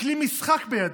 היא כלי משחק בידיך,